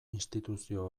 instituzio